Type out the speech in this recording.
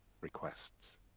requests